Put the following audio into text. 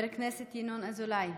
מס' 1647,